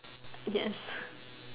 yes